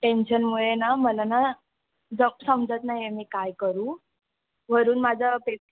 टेंशनमुळे ना मला ना ज समजत नाही आहे मी काय करू वरून माझं पे